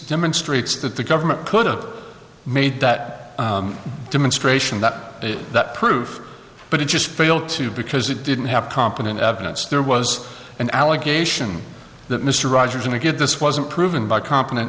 demonstrates that the government could have made that demonstration that that proof but it just failed to because it didn't have competent evidence there was an allegation that mr rogers in a good this wasn't proven by co